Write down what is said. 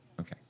Okay